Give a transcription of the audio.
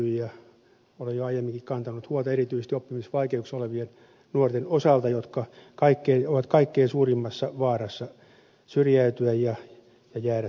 olen jo aiemminkin kantanut huolta erityisesti oppimisvaikeuksissa olevien nuorten osalta jotka ovat kaikkein suurimmassa vaarassa syrjäytyä ja jäädä työttömiksi